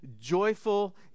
joyful